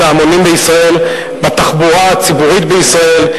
ההמונים בישראל בתחבורה הציבורית בישראל.